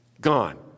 Gone